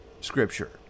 Scripture